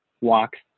walks